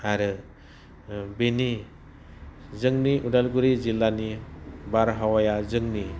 आरो बेनि जाोंनि उदालगुरि जिल्लानि बारहावाया जोंनि